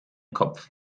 kopf